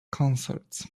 concerts